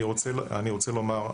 אני רוצה לומר,